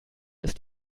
ist